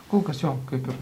kol kas jo kaip ir